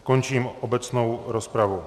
Končím obecnou rozpravu.